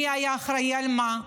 מי היה אחראי על מה,